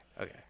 okay